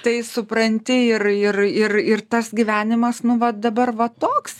tai supranti ir ir ir ir tas gyvenimas nu va dabar va toks